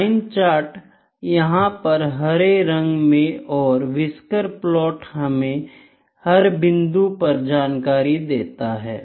line chart यहां पर हरे रंग में और व्हिस्कर प्लॉट हमें हर बिंदु पर जानकारी देता है